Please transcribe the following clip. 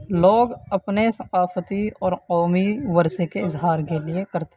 لوگ اپنے ثقافتی اور قومی ورثے کے اظہار کے لیے کرتے ہیں